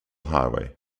highway